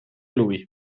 lui